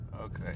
Okay